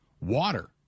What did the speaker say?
Water